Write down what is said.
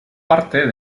parte